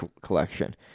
collection